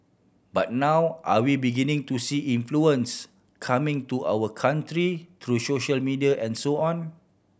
but now are we beginning to see influence coming to our country through social media and so on